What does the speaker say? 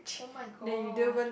oh-my-god